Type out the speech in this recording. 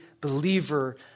believer